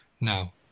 now